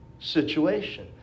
situation